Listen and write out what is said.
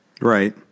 Right